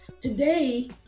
Today